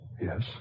Yes